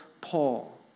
Paul